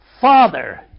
Father